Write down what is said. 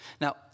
Now